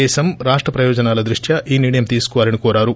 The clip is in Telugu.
దేశం రాష్ట్ర ప్రయోజనాల దృష్ట్యా ఈ నిర్ణయం తీసుకోవాలని కోరారు